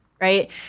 Right